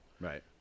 Right